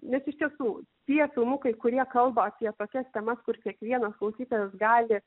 nes iš tiesų tie filmukai kurie kalba apie tokias temas kur kiekvienas klausytojas gali